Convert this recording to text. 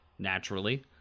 Naturally